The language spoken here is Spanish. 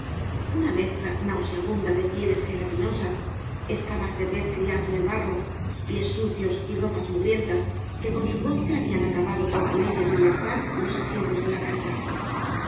una mezcla nauseabunda de pieles gelatinosas escamas de pez criado en el barro pies sucios y ropas mugrientas que con su roce habían acabado por pulir y abrillantar los asientos de la barca los